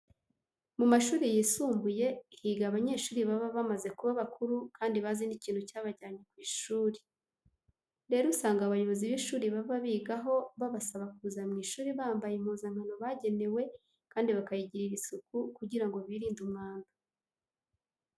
Mu mashuri yisumbuye higa abanyeshuri baba bamaze kuba bakuru kandi bazi n'ikintu cyabajyanye ku ishuri. Rero usanga abayobozi b'ishuri baba bigaho babasaba kuza mu ishuri bambaye impuzankano bagenewe kandi bakayigirira isuku kugira ngo birinde umwanda.